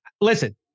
listen